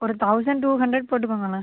ஒரு thousand two hundred போட்டுக்கோங்களேன்